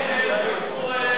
אתה מגנה את אלה שעשו מנגל?